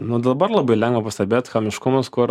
nu dabar labai lengva pastebėt chamiškumus kur